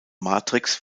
matrix